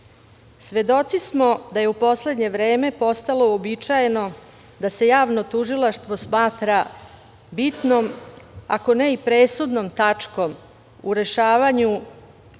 štitim. Svedoci smo da je u poslednje vreme postalo uobičajeno da se javno tužilaštvo smatra bitnom, ako ne i presudnom tačkom u rešavanju